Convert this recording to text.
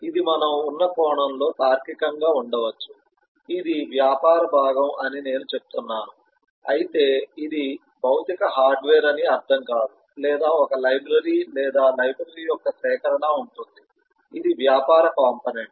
ఇది మనము ఉన్న కోణంలో తార్కికంగా ఉండవచ్చు ఇది వ్యాపార భాగం అని నేను చెప్తున్నాను అయితే ఇది భౌతిక హార్డ్వేర్ అని అర్ధం కాదు లేదా ఒకే లైబ్రరీ లేదా లైబ్రరీ యొక్క సేకరణ ఉంటుంది ఇది వ్యాపార కంపోనెంట్